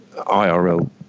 IRL